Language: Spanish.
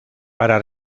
para